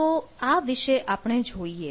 તો આ વિશે આપણે જોઈએ